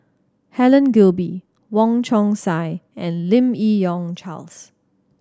Helen Gilbey Wong Chong Sai and Lim Yi Yong Charles